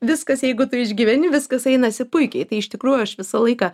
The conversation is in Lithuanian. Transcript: viskas jeigu tu išgyveni viskas einasi puikiai tai iš tikrųjų aš visą laiką